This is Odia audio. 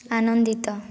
ଆନନ୍ଦିତ